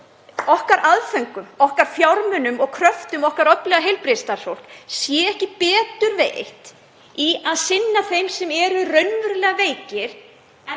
hvort aðföngum okkar, fjármunum og kröftum okkar öfluga heilbrigðisstarfsfólks sé ekki betur varið í að sinna þeim sem eru raunverulega veikir